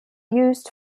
used